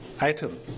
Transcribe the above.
item